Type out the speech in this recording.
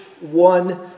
one